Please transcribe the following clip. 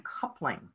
coupling